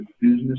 business